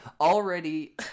already